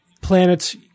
Planets